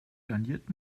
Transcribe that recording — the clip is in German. garniert